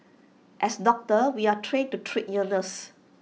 as doctors we are trained to treat illness